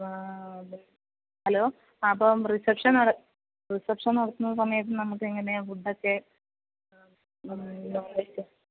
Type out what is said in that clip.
അപ്പാൾ hello അപ്പം reception reception നടത്തുന്ന സമയത്ത് നമുക്ക് എങ്ങനെയാ ഫുഡ്ഡ് ഒക്കെ നോൺ വെജിറ്റേറിയൻ